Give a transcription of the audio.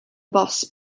boss